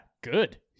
good